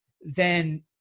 then-